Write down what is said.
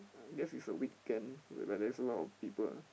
guess it's a weekend whereby there's a lot of people